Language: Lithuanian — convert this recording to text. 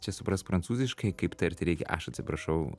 čia suprask prancūziškai kaip tarti reikia aš atsiprašau